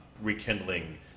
Rekindling